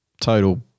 Total